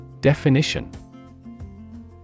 Definition